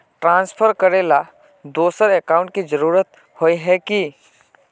Transfer करेला दोसर account की जरुरत होय है की?